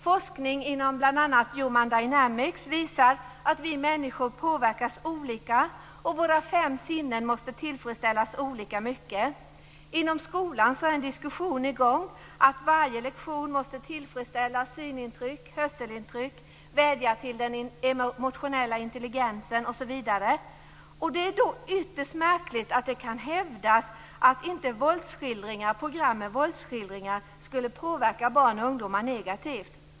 Forskning inom bl.a. Human Dynamics visar att vi människor påverkas olika och att våra fem sinnen måste tillfredsställas olika mycket. Inom skolan är en diskussion i gång om att varje lektion måste tillfredsställa syn och hörselintryck, vädja till den emotionella intelligensen osv. Det är då ytterst märkligt att det kan hävdas att program med våldsskildringar inte skulle påverka barn och ungdomar negativt.